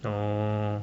orh